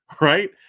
right